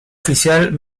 oficial